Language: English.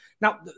Now